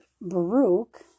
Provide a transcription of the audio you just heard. baruch